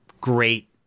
great